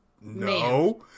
no